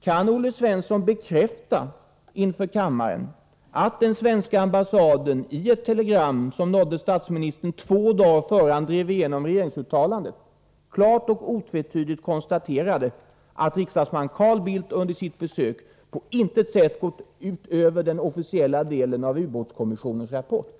Kan Olle Svensson bekräfta inför kammaren att den svenska ambassaden i ett telegram, som nådde statsministern två dagar innan han drev igenom uttalandet, klart och otvetydigt konstaterade att riksdagsman Carl Bildt under sitt besök på intet sätt gått utöver den officiella delen av ubåtsskyddskommissionens rapport?